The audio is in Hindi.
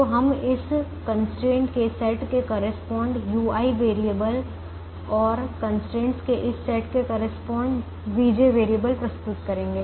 तो हम इस कंस्ट्रेंट के सेट के करेस्पॉन्ड ui वेरिएबल और कंस्ट्रेंट के इस सेट के करेस्पॉन्ड vj वेरिएबल प्रस्तुत करेंगे